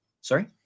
Sorry